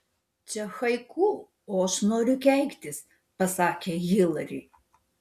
čia haiku o aš noriu keiktis pasakė hilari